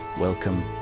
Welcome